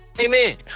Amen